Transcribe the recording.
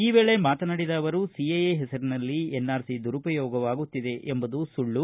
ಈ ವೇಳೆ ಮಾತನಾಡಿದ ಅವರು ಸಿಎಎ ಹೆಸರಿನಲ್ಲಿ ಎನ್ಆರ್ಸಿ ದುರುಪಯೋಗವಾಗುತ್ತಿದೆ ಎಂಬುದು ಸುಳ್ಳು